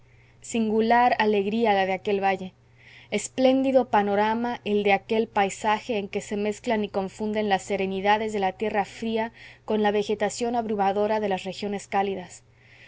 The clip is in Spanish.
singular alegría la de aquel valle espléndido panorama el de aquel paisaje en que se mezclan y confunden la serenidades de la tierra fría con la vegetación abrumadora de las regiones cálidas